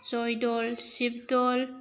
जयदल शिबदल